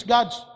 God's